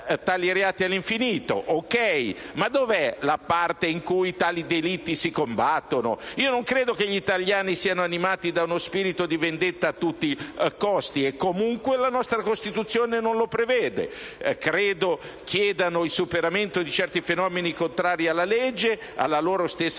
Ma dov'è la parte in cui in cui si combattono tali delitti? Non credo che gli italiani siano animati da uno spirito di vendetta a tutti i costi e comunque la nostra Costituzione non lo prevede. Credo che essi chiedano il superamento di certi fenomeni contrari alla legge, alla loro stessa tutela.